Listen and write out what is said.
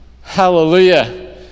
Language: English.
hallelujah